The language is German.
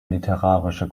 literarische